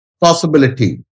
Possibility